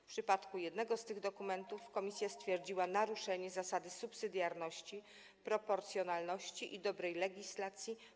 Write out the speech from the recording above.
W przypadku jednego z tych dokumentów komisja stwierdziła naruszenie zasady subsydiarności, proporcjonalności i dobrej legislacji.